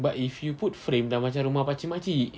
but if you put frame dah macam rumah pakcik makcik